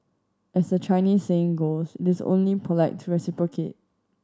as the Chinese saying goes it's only polite to reciprocate